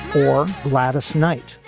or gladys knight,